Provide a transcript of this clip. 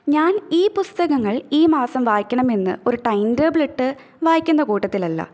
ഞാന് ഈ പുസ്തങ്ങള് ഈ മാസം വായിക്കണമെന്ന് ഒരു ടൈം ടേബിളിട്ട് വായിക്കുന്ന കൂട്ടത്തിലല്ല